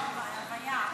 אפשר.